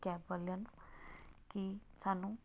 cab ਵਾਲਿਆਂ ਨੂੰ ਕਿ ਸਾਨੂੰ